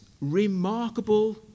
remarkable